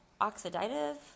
oxidative